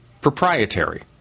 proprietary